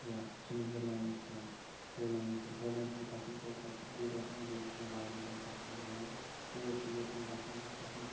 یا سوئٹزرلینڈ ٲسۍ تن پولینڈ ٲسۍ تن پولینڈ چھُ مےٚ پسنٛد کیازِ تَتہِ چھٕ گُرۍ رَچھن گُرۍ چھٕ مےٚ واریاہ زیادٕ پسنٛد جانوَر تور چھُس بہٕ یژھان گژھُن بہٕ چھُس یژھان